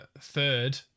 third